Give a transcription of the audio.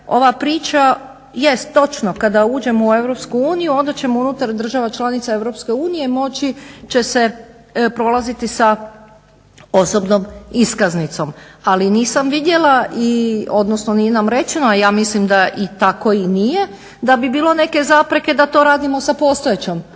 ova priča, jest točno, kada uđemo u EU onda ćemo unutar država članica EU moći će se prolaziti sa osobnom iskaznicom, ali nisam vidjela odnosno nije nam rečeno, a ja mislim da tako i nije, da bi bilo neke zapreke da to radimo sa postojećom